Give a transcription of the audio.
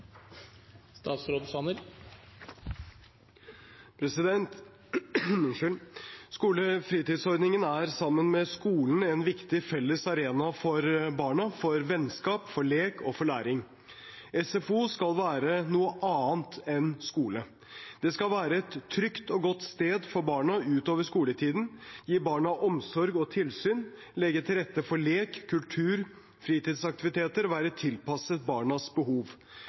sammen med skolen, en viktig felles arena for barna for vennskap, for lek og for læring. SFO skal være noe annet enn skole. Det skal være et trygt og godt sted for barna utover skoletiden, gi barna omsorg og tilsyn, legge til rette for lek, kultur- og fritidsaktiviteter og være tilpasset barnas behov.